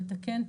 לתקן תקן,